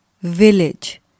village